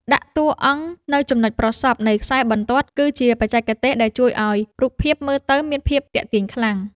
ដាក់តួអង្គនៅចំណុចប្រសព្វនៃខ្សែបន្ទាត់គឺជាបច្ចេកទេសដែលជួយឱ្យរូបភាពមើលទៅមានភាពទាក់ទាញខ្លាំង។